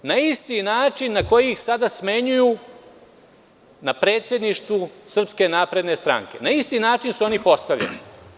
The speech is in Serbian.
Na isti način na koji ih sada smenjuju na predsedništvu SNS, na isti način su oni postavljeni.